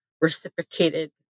reciprocated